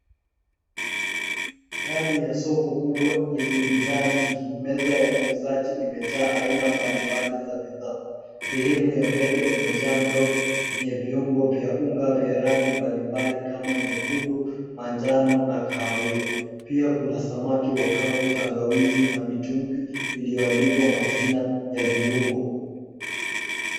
Ndani ya soko kubwa yenye bidhaa mingi, meza ya muuzaji imejaa aina mbali mbali za bidhaa sehemu ya mbele imejaa ndoo zenye na unga zenye rangi mbali mbali kama nyekundu, manjano na kahawia pia kuna samaki wakavu, tangawizi na mitungi iliyoandikwa majina ya viungo.